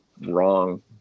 wrong